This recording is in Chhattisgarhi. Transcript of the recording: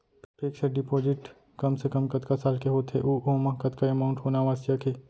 फिक्स डिपोजिट कम से कम कतका साल के होथे ऊ ओमा कतका अमाउंट होना आवश्यक हे?